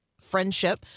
friendship